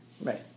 Right